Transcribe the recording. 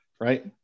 Right